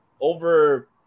over